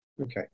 Okay